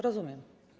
Rozumiem.